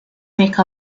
make